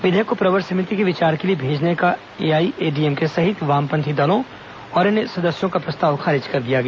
विधेयक को प्रवर समिति के विचार के लिए भेजने का एआईएडी एमके सहित वामपंथी दलों और अन्य सदस्यों का प्रस्ताव खारिज कर दिया गया